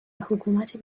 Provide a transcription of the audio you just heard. حکومتی